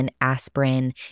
aspirin